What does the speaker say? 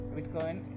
Bitcoin